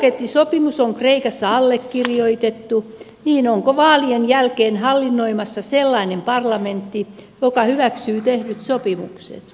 vaikka tukipakettisopimus on kreikassa allekirjoitettu onko vaalien jälkeen hallinnoimassa sellainen parlamentti joka hyväksyy tehdyt sopimukset